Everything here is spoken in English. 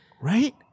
Right